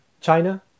china